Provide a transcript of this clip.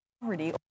poverty